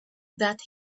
that